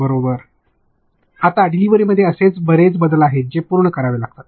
बरोबर आता डिलिव्हरीमध्ये असे बरेच बदल आहेत जे पूर्ण करावे लागतात